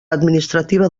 administrativa